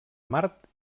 mart